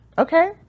Okay